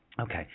Okay